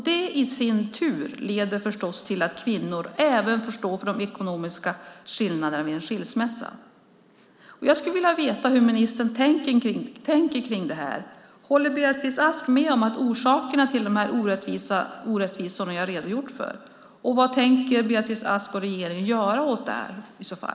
Det i sin tur leder förstås till att kvinnor även får stå för de ekonomiska skillnaderna vid en skilsmässa. Jag skulle vilja veta hur ministern tänker kring detta. Håller Beatrice Ask med om orsakerna till de orättvisor jag redogjort för? Vad tänker Beatrice Ask och regeringen i så fall göra åt det?